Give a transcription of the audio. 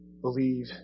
believe